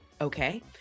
Okay